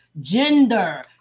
Gender